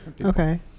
Okay